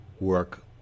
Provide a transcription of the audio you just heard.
work